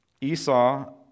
Esau